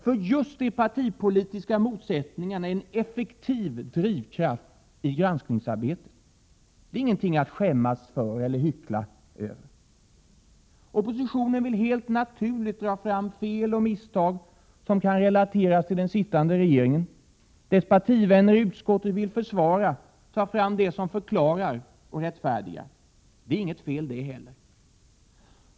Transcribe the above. För just de partipolitiska motsättningarna är en effektiv drivkraft i granskningsarbetet. Detta är ingenting att skämmas för eller hyckla över. Oppositionen vill helt naturligt dra fram fel och misstag som kan relateras till den sittande regeringen. Regeringens partivänner i utskottet vill försvara, ta fram det som förklarar och rättfärdigar. Det är inget fel i det heller.